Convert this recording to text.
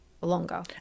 longer